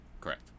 correct